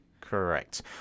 Correct